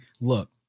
look